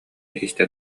истэ